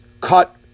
cut